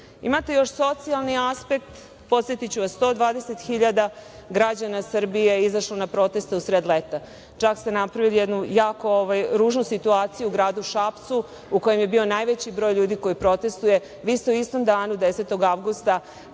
Ustav. Imate još socijalni aspekt. Podsetiću vas, 120.000 građana Srbije je izašlo na proteste u sred leta. Čak ste napravili jednu jako ružnu situaciju u gradu Šapcu, u kojem je bio najveći broj ljudi koji protestuje, vi ste u istom danu, 10. avgusta